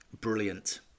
Brilliant